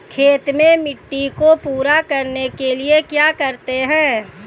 खेत में मिट्टी को पूरा करने के लिए क्या करते हैं?